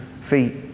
feet